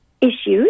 issues